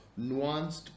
nuanced